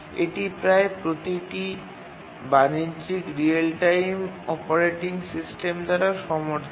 এটি প্রায় প্রতিটি বাণিজ্যিক রিয়েল টাইম অপারেটিং সিস্টেম দ্বারা সমর্থিত